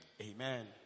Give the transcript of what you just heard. Amen